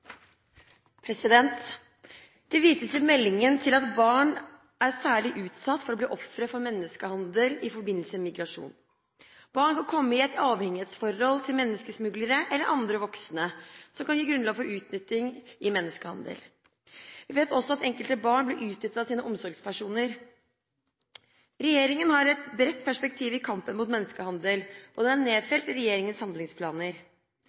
vekt. Det vises i meldingen til at barn er særlig utsatt for å bli ofre for menneskehandel i forbindelse med migrasjon. Barn kan komme i et avhengighetsforhold til menneskesmuglere eller andre voksne som kan gi grunnlag for utnytting i menneskehandel. Vi vet også at enkelte barn blir utnyttet av sine omsorgspersoner. Regjeringen har et bredt perspektiv i kampen mot menneskehandel, og den er nedfelt i regjeringens handlingsplaner.